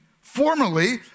formerly